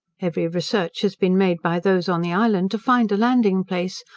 every research has been made by those on the island to find a landing-place,